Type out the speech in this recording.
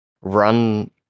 run